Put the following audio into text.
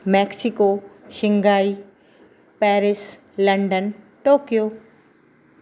Mexico Shanghai Paris London Tokyo